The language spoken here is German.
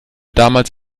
damals